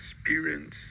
experience